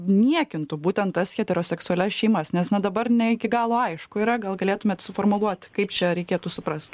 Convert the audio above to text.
niekintų būtent tas heteroseksualias šeimas nes na dabar ne iki galo aišku yra gal galėtumėt suformuluot kaip čia reikėtų suprasti kaip anksčiau